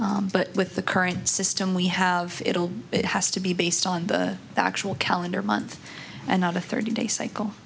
but with the current system we have it all it has to be based on the actual calendar month and not a thirty day cycle